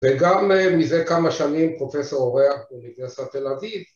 וגם מזה כמה שנים פרופסור אורח באוניברסיטת תל אביב